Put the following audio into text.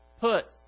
put